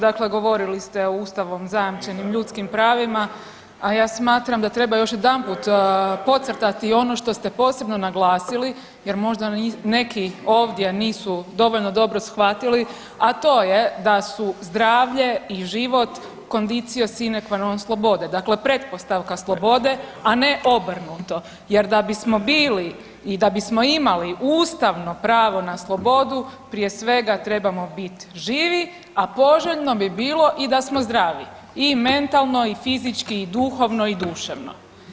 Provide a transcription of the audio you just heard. Dakle, govorili ste o ustavom zajamčenim ljudskim pravima, a ja smatram da treba još jedanput podcrtati ono što ste posebno naglasili jer možda neki ovdje nisu dovoljno dobro shvatili, a to je da su zdravlje i život conditio sine qua non slobode, dakle pretpostavka slobode, a ne obrnuto jer da bismo bili i da bismo imali ustavno pravo na slobodu prije svega trebamo bit živi, a poželjno bi bilo i da smo zdravi i mentalno i fizički i duhovno i duševno.